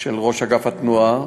של ראש אגף התנועה,